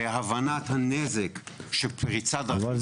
בהבנת הנזק של פריצת דרכים חדשות.